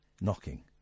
knocking